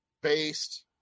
based